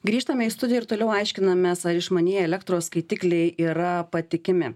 grįžtame į studiją ir toliau aiškinamės ar išmanieji elektros skaitikliai yra patikimi